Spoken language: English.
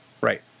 Right